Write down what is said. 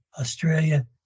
Australia